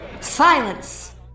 Silence